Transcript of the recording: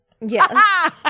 Yes